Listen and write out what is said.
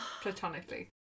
platonically